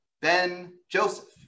Ben-Joseph